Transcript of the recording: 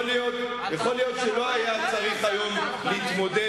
יכול להיות שלא היה צריך היום להתמודד